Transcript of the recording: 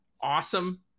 awesome